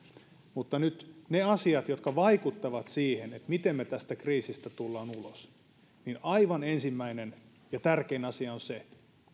mutta nyt niistä asioista jotka vaikuttavat siihen miten me tästä kriisistä tulemme ulos aivan ensimmäinen ja tärkein asia on se